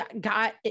God